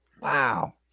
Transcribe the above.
Wow